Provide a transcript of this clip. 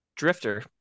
drifter